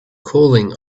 cooling